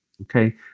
okay